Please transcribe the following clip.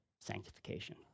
sanctification